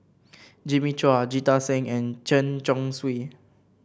Jimmy Chua Jita Singh and Chen Chong Swee